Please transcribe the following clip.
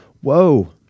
whoa